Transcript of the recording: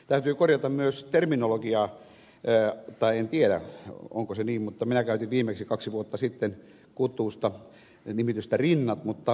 täytyy korjata myös terminologiaa tai en tiedä onko se niin mutta minä käytin viimeksi kaksi vuotta sitten kutusta nimitystä rinnat mutta ed